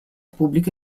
pubblico